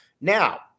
Now